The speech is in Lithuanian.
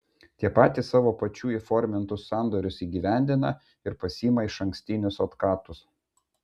tie patys savo pačių įformintus sandorius įgyvendina ir pasiima išankstinius otkatus